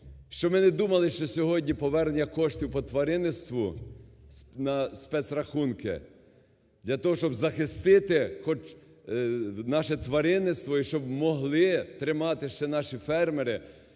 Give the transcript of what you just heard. що ми не думали, що сьогодні повернення коштів по тваринництву на спецрахунки для того, щоб захистити хоч наше тваринництво, і щоб могли тримати ще наші фермери,